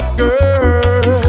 girl